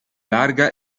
larga